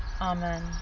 Amen